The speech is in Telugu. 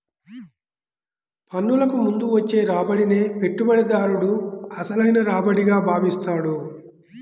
పన్నులకు ముందు వచ్చే రాబడినే పెట్టుబడిదారుడు అసలైన రాబడిగా భావిస్తాడు